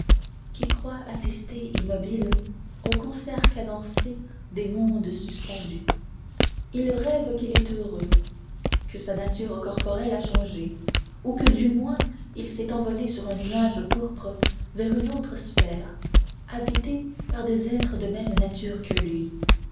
qui croient assister immobiles au concert cadencé des mondes suspendus il rêve qu'il est heureux que sa nature corporelle a changé ou que du moins il s'est envolé sur un nuage pourpre vers une autre sphère habitée par des êtres de même nature que lui